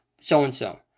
so-and-so